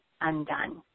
undone